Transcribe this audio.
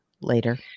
later